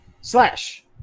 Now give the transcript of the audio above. slash